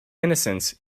innocence